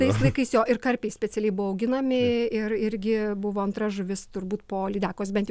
tais laikais jo ir karpiai specialiai buvo auginami ir irgi buvo antra žuvis turbūt po lydekos bent jau